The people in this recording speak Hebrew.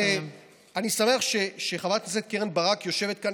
אני שמח שחברת הכנסת קרן ברק יושבת כאן,